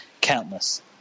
countless